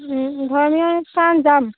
যাম